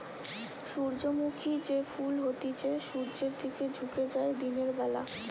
সূর্যমুখী যে ফুল হতিছে সূর্যের দিকে ঝুকে যায় দিনের বেলা